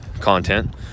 content